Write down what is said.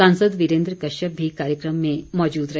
सांसद वीरेन्द्र कश्यप भी कार्यक्रम में मौजूद रहे